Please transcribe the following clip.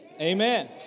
Amen